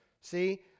See